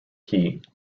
heat